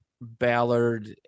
Ballard